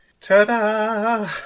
Ta-da